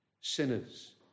Sinners